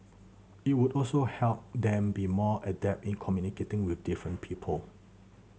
it would also help them be more adept in communicating with different people